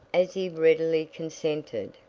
as he readily consented,